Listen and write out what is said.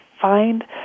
find